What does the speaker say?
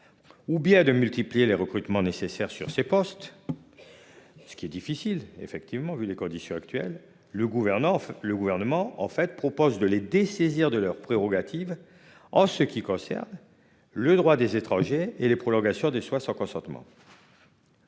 Ou bien de multiplier les recrutements nécessaires sur ces postes. Ce qui est difficile effectivement vu les conditions actuelles le gouvernance. Le gouvernement en fait propose de les dessaisir de leurs prérogatives en ce qui concerne le droit des étrangers et les prolongations des soins sans consentement.